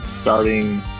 starting